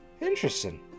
Interesting